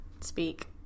Speak